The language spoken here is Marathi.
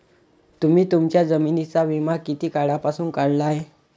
तुम्ही तुमच्या जमिनींचा विमा किती काळापासून काढला आहे?